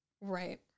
Right